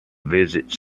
visits